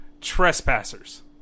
trespassers